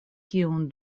kiun